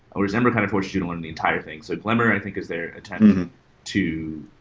whereas ember kind of forces you to learn the entire thing. so glimmer, i think, is their attempt to